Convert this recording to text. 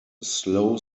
slow